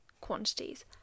quantities